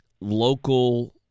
local